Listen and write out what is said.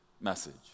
message